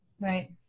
right